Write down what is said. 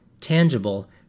tangible